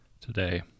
Today